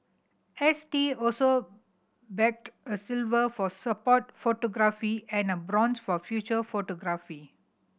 S T also bagged a silver for sport photography and a bronze for feature photography